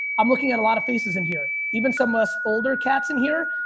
i'm looking at a lot of faces in here. even some less older cats in here,